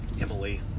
Emily